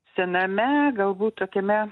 sename galbūt tokiame